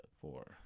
four